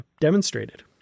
demonstrated